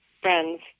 friends